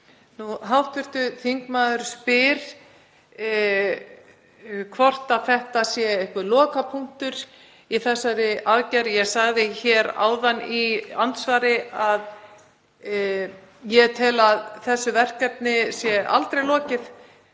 Hv. þingmaður spyr hvort þetta sé einhver lokapunktur í þessari aðgerð. Ég sagði hér áðan í andsvari að ég tel að þessu verkefni sé aldrei lokið.